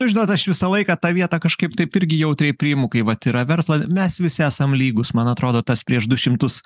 nu žinot aš visą laiką tą vietą kažkaip taip irgi jautriai priimu kai vat yra versla mes visi esam lygūs man atrodo tas prieš du šimtus